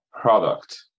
product